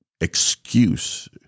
excuse